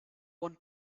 one